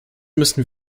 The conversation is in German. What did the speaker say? müssen